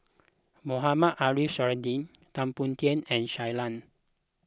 Mohamed Ariff Suradi Tan Boon Teik and Shui Lan